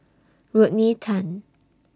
Rodney Tan